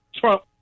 Trump